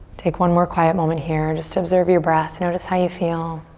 take one more quiet moment here. just observe your breath, notice how you feel.